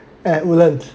at Woodlands